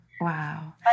Wow